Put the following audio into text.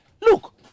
look